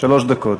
שלוש דקות.